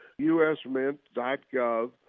usmint.gov